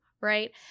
Right